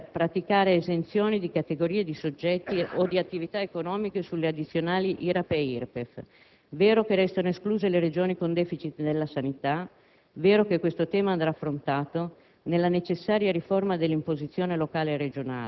altro elemento positivo è il riconoscimento dell'autonomia regionale per praticare esenzioni di categorie di soggetti o di attività economiche sulle addizionali IRAP e IRPEF. È vero che restano escluse le Regioni con *deficit* nella sanità